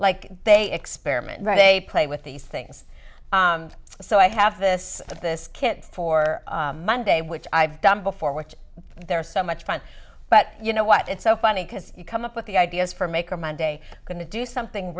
like they experiment right a play with these things so i have this of this kit for monday which i've done before which they're so much fun but you know what it's so funny because you come up with the ideas for make or my day going to do something